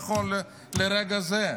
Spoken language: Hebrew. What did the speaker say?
נכון לרגע זה.